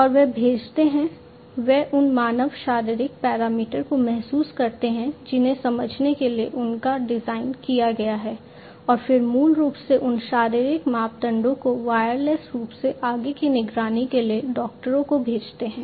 और वे भेजते हैं वे उन मानव शारीरिक पैरामीटर को महसूस करते हैं जिन्हें समझने के लिए उनका डिजाइन किया गया है और फिर मूल रूप से उन शारीरिक मापदंडों को वायरलेस रूप से आगे की निगरानी के लिए डॉक्टरों को भेजते हैं